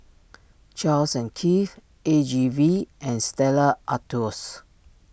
Charles and Keith A G V and Stella Artois